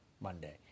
Monday